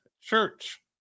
church